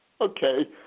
Okay